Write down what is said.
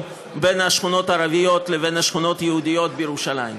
בין השכונות הערביות לבין השכונות היהודיות בירושלים.